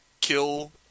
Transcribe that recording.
kill